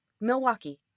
Milwaukee